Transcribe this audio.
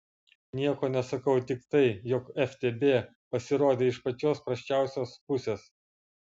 nieko nesakau tik tai jog ftb pasirodė iš pačios prasčiausios pusės